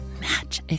match